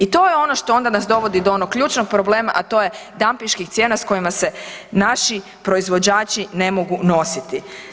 I to je ono što onda nas dovodi do onog ključnog problema a to je dampinških cijena s kojima se naši proizvođači ne mogu nositi.